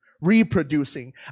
Reproducing